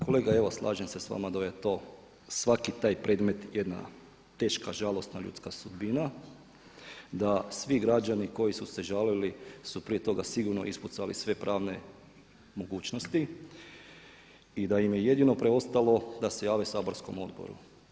Kolega evo slažem se sa vama da je to svaki taj predmet jedna teška žalosna ljudska sudbina, da svi građani koji su se žalili su prije toga sigurno ispucali sve pravne mogućnosti i da im je jedino preostalo da se jave saborskom odboru.